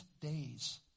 days